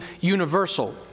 universal